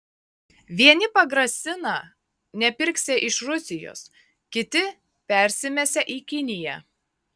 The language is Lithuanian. vieni pagrasina nepirksią iš rusijos kiti persimesią į kiniją